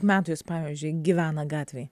metų jis pavyzdžiui gyvena gatvėj